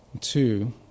two